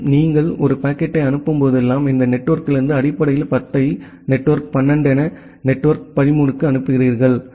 மேலும் நீங்கள் ஒரு பாக்கெட்டை அனுப்பும் போதெல்லாம் இந்த நெட்வொர்க்கிலிருந்து அடிப்படையில் 10 ஐ நெட்வொர்க் 12 என நெட்வொர்க் 12 க்கு அனுப்புகிறீர்கள்